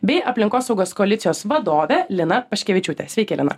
bei aplinkosaugos koalicijos vadove lina paškevičiūte sveiki lina